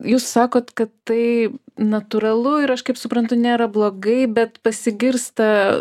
jūs sakot kad tai natūralu ir aš kaip suprantu nėra blogai bet pasigirsta